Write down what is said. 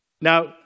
Now